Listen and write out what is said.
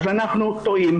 אז אנחנו טועים,